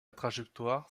trajectoire